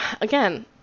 Again